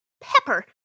Pepper